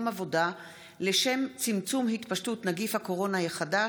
עבודה לשם צמצום התפשטות נגיף הקורונה החדש),